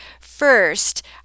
First